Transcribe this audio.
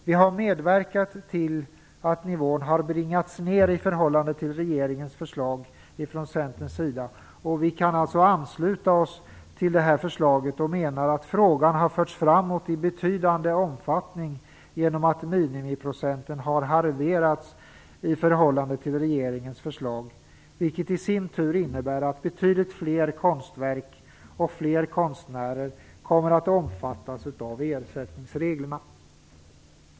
Vi har ifrån Centern medverkat till att nivån har bringats ner i förhållande till regeringens förslag och kan ansluta oss till detta förslag. Vi menar att frågan har förts framåt i betydande omfattning genom att minimiprocenten halverats i förhållande till regeringens förslag, vilket i sin tur innebär att betydligt fler konstverk och konstnärer kommer att omfattas av ersättningen.